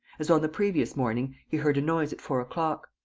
as on the previous morning, he heard a noise at four o'clock.